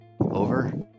over